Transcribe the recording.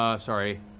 ah sorry